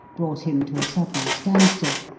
brought him to a sudden standstill,